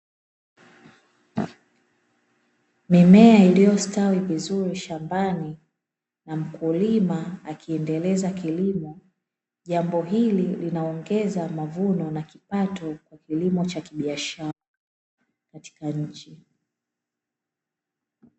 Mimea iliyostawi vizuri shambani na mkulima akiendeleza kilimo, jambo hili linaongeza mavuno na kipato katika kilimo cha kibiashara katika nchi.